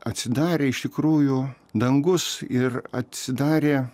atsidarė iš tikrųjų dangus ir atsidarė